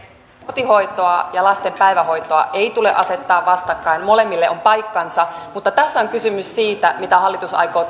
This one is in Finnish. kotihoitoa ja lasten päivähoitoa ei tule asettaa vastakkain molemmille on paikkansa mutta tässä on kysymys siitä mitä hallitus aikoo